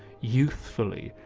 youthfully,